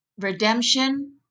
redemption